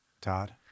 Todd